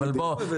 בוא,